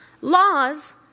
Laws